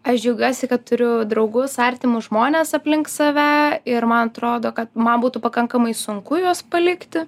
aš džiaugiuosi kad turiu draugus artimus žmones aplink save ir man atrodo kad man būtų pakankamai sunku juos palikti